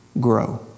grow